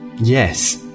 Yes